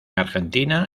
argentina